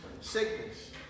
sickness